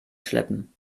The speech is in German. schleppen